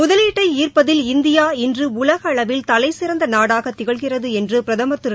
முதலீட்டை ஈள்ப்பதில் இந்தியா இன்று உலகளவில் தலைசிறந்த நாடாக திகழ்கிறது என்று பிரதமா் திரு